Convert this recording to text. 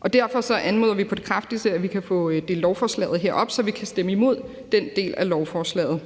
og derfor anmoder vi på det kraftigste om, at vi kan få delt lovforslaget op, så vi kan stemme imod den del af lovforslaget.